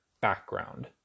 background